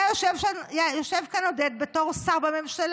אתה יושב כאן, עודד, בתור שר בממשלה.